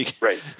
Right